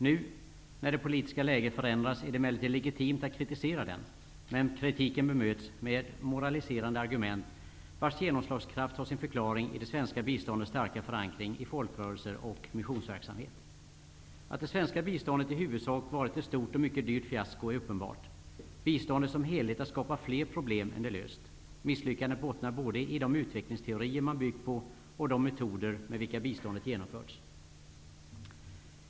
Nu, när det politiska läget förändrats, är det emellertid legitimt att kritisera den. Men kritiken bemöts med moraliserande argument vars genomslagskraft har sin förklaring i det svenska biståndets starka förankring i folkrörelser och missionsverksamhet. Att det svenska biståndet i huvudsak varit ett stort och mycket dyrt fiasko är uppenbart. Biståndet som helhet har skapat flera problem än det löst. Misslyckandet bottnar både i de utvecklingsteorier man byggt på och de metoder med vilka biståndet genomförts.